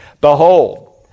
Behold